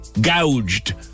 gouged